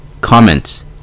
Comments